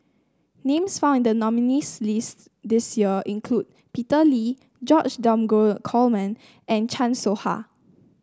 names found in the nominees list this year include Peter Lee George Dromgold Coleman and Chan Soh Ha